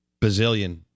bazillion